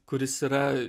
kuris yra